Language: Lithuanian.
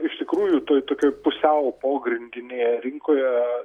iš tikrųjų toj tokioj pusiau pogrindinėje rinkoje